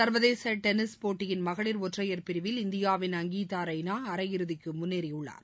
சா்வதேச டென்னிஸ் போட்டியின் மகளிர் ஒற்றையர் பிரிவில் இந்தியாவின் அங்கீதா ரெய்ளா அரை இறுதிக்கு முன்னேறியுள்ளார்